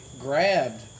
grabbed